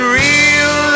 real